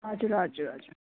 हजुर हजुर हजुर